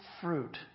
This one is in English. fruit